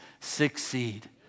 succeed